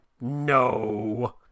no